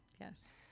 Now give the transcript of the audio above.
Yes